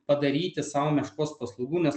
padaryti sau meškos paslaugų nes